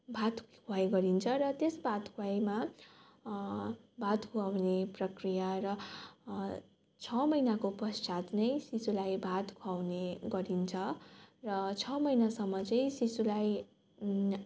भात खुवाइ गरिन्छ र त्यस भात खुवाइमा भात खुवाउने प्रक्रिया र छ महिनाको पश्चात नै शिशुलाई भात खुवाउने गरिन्छ र छ महिनासम्म चाहिँ शिशुलाई